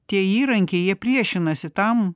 tie įrankiai jie priešinasi tam